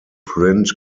print